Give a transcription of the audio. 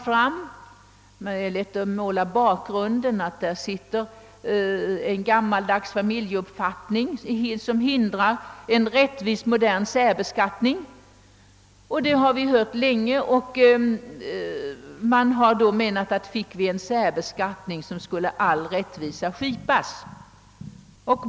Man har hävdat att det bara är en gammaldags familjeuppfattning som hindrar en rättvis, modern särbeskattning och menat att finge vi bara en särbeskattning skulle all rättvisa därmed vara skipad.